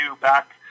back